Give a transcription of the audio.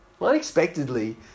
Unexpectedly